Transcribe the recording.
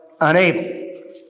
unable